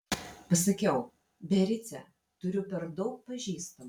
pasakiau biarice turiu per daug pažįstamų